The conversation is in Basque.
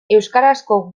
euskarazko